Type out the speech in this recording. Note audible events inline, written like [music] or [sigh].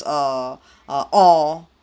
err [breath] uh or